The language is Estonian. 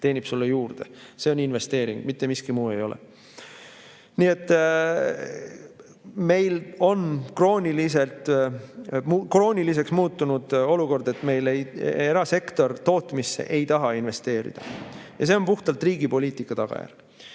teenib sulle juurde. See on investeering, mitte miski muu ei ole. Nii et meil on krooniliseks muutunud olukord, kus erasektor ei taha tootmisse investeerida, ja see on puhtalt riigi poliitika tagajärg.